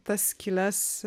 tas skyles